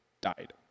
died